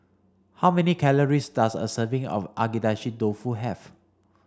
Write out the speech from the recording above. how many calories does a serving of Agedashi Dofu have